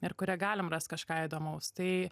ir kuria galim rasti kažką įdomaus tai